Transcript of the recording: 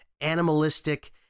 animalistic